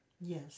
Yes